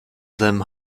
seinem